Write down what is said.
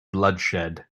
bloodshed